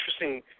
interesting